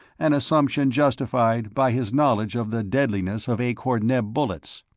an assumption justified by his knowledge of the deadliness of akor-neb bullets.